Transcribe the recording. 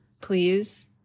please